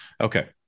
okay